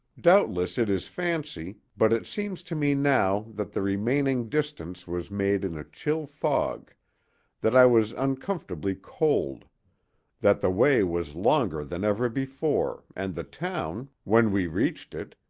doubtless it is fancy, but it seems to me now that the remaining distance was made in a chill fog that i was uncomfortably cold that the way was longer than ever before, and the town, when we reached it,